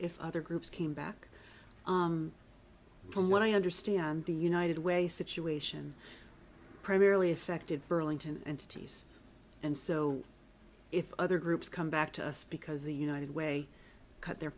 if other groups came back from what i understand the united way situation primarily affected burlington entities and so if other groups come back to us because the united way cut their